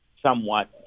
somewhat